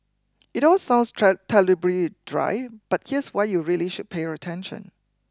it all sounds try terribly dry but here's why you really should pay your attention